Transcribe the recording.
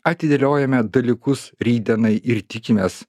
atidėliojame dalykus rytdienai ir tikimės